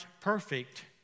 perfect